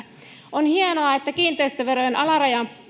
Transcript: on hienoa että kiinteistöveron alarajan